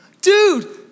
dude